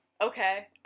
okay